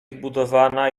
zbudowana